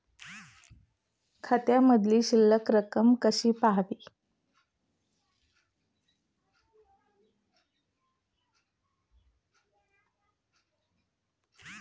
खात्यामधील शिल्लक रक्कम कशी पहावी?